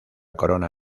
corona